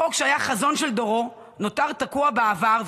החוק שהיה חזון של דורו נותר תקוע בעבר,